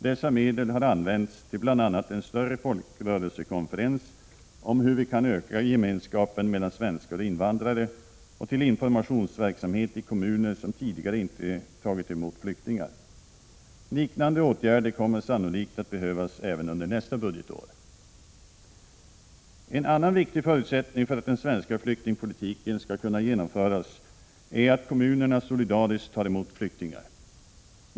Dessa medel har använts till bl.a. en större folkrörelsekonferens om hur vi kan öka gemenskapen mellan svenskar och invandrare och till informationsverksamhet i kommuner som tidigare inte har tagit emot flyktingar. Liknande åtgärder kommer sannolikt att behövas även under nästa budgetår. En annan viktig förutsättning för att den svenska flyktingpolitiken skall kunna genomföras är att kommunerna solidariskt tar emot flyktingar.